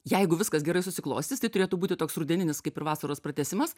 jeigu viskas gerai susiklostys tai turėtų būti toks rudeninis kaip ir vasaros pratęsimas